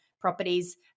properties